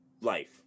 life